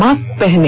mask पहने